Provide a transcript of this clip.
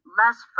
less